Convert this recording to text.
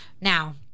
Now